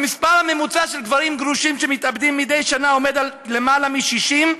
המספר הממוצע של גברים גרושים שמתאבדים מדי שנה עומד על למעלה מ-60,